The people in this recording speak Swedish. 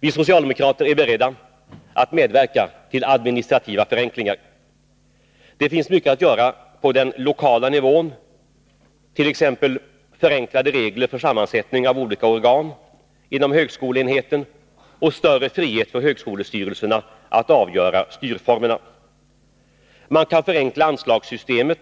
Vi socialdemokrater är beredda att medverka till administrativa förenklingar. Det finns mycket att göra på den lokala nivån, t.ex. förenklade regler för sammansättningen av olika organ inom högskoleenheten och större frihet för högskolestyrelserna att avgöra styrformerna. Man kan förenkla anslagssystemet